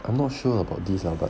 I'm not sure about but